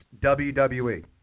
WWE